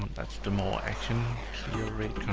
that's the more action. clear raid